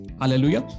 hallelujah